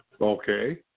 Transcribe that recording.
Okay